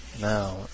now